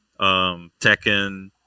Tekken